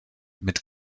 mit